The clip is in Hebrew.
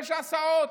יש הסעות.